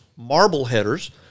Marbleheaders